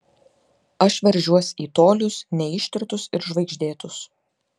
aš veržiuos į tolius neištirtus ir žvaigždėtus